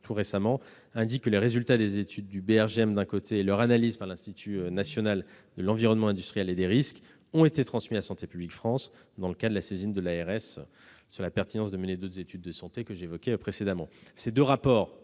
octobre 2019 indique que les résultats des études du BRGM et leur analyse par l'Institut national de l'environnement industriel et des risques (Ineris) ont été transmis à Santé publique France dans le cadre de la saisine de l'ARS sur la pertinence de mener d'autres études de santé. Les deux rapports